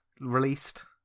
released